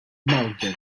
mountain